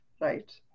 Right